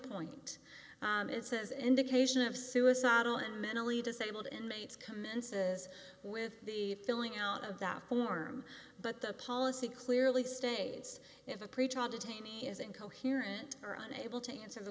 point it says indication of suicidal and mentally disabled inmates commences with the filling out of that form but the policy clearly states if a pretrial detainees is incoherent or unable to answer the